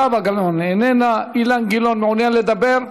זהבה גלאון, איננה; אילן גילאון, מעוניין לדבר?